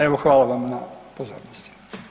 Evo, hvala vam na pozornosti.